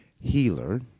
healer